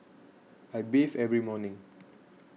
I bathe every morning